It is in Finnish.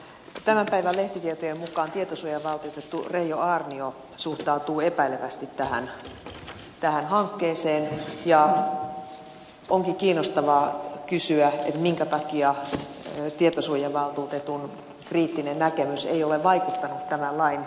tämän päivän lehtitietojen mukaan tietosuojavaltuutettu reijo aarnio suhtautuu epäilevästi tähän hankkeeseen ja onkin kiinnostavaa kysyä minkä takia tietosuojavaltuutetun kriittinen näkemys ei ole vaikuttanut tämän lain valmistelussa